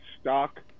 stock